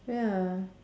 ya